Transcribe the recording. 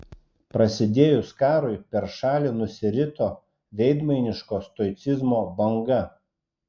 prasidėjus karui per šalį nusirito veidmainiško stoicizmo banga